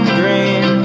green